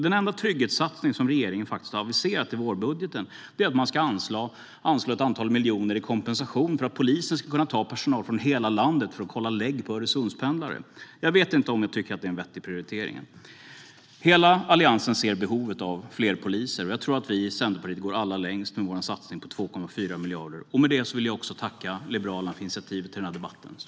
Den enda trygghetssatsning som regeringen har aviserat i vårändringsbudgeten är att man ska anslå ett antal miljoner i kompensation för att polisen ska kunna ta personal från hela landet för att kolla Öresundspendlares leg. Jag vet inte om jag tycker att det är en vettig prioritering. Hela Alliansen ser behovet av fler poliser, men jag tror att vi i Centerpartiet går allra längst med vår satsning på 2,4 miljarder. Med detta vill jag tacka Liberalerna för initiativet till denna debatt.